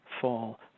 fall